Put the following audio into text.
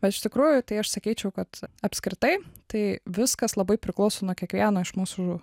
bet iš tikrųjų tai aš sakyčiau kad apskritai tai viskas labai priklauso nuo kiekvieno iš mūsų